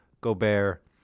Gobert